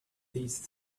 these